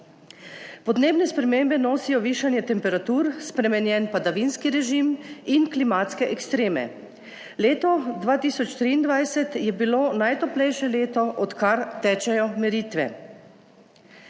Podnebne spremembe nosijo višanje temperatur, spremenjen padavinski režim in klimatske ekstreme. Leto 2023 je bilo najtoplejše leto, odkar tečejo meritve.